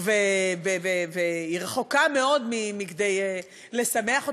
והיא רחוקה מאוד מכדי לשמח אותנו,